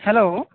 hello